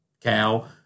cow